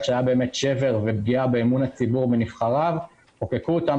שהיה שבר ופגיעה באמון הציבור ובנבחריו חוקקו את אותם